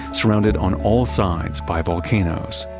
surrounded on all sides by volcanoes.